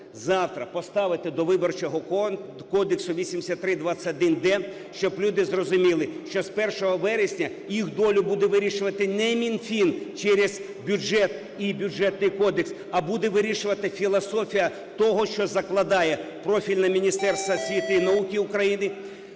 завтра поставити до Виборчого кодексу 8321-д, щоб люди зрозуміли, що з 1 вересня їх долю буде вирішувати не Мінфін через бюджет і Бюджетний кодекс, а буде вирішувати філософія того, що закладає профільне Міністерство освіти і науки України,